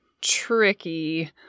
tricky